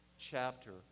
chapter